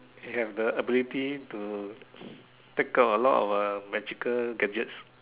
he have the ability to take out a lot of uh magical gadgets